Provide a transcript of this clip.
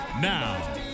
Now